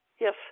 Yes